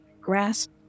Grasp